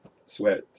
sweat